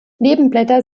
nebenblätter